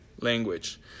language